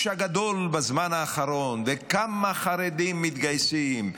הגדול בזמן האחרון וכמה חרדים מתגייסים,